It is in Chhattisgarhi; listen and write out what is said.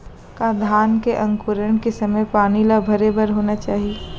का धान के अंकुरण के समय पानी ल भरे होना चाही?